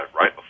right